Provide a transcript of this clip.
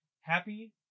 happy